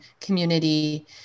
community